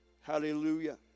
Hallelujah